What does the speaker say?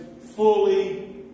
fully